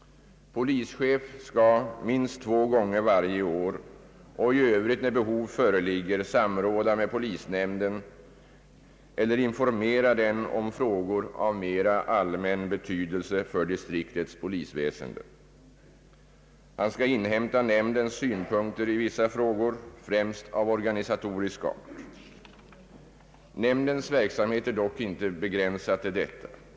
Polischef skall minst två gånger varje år och i övrigt när behov föreligger samråda med polisnämnden eller informera den om frågor av mera allmän betydelse för distriktets polisväsende. Polischef skall inhämta nämndens synpunkter i vissa frågor, främst av organisatorisk art. Nämndens verksamhet är dock inte begränsad till detta.